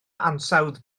ansawdd